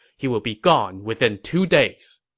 he will be gone within two days.